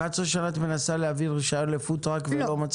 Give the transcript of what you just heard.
11 שנים את מנסה להביא רישיון לפוד-טראק ולא מצליחה?